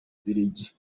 bubiligi